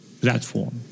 platform